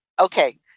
okay